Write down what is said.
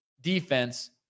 defense